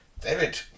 David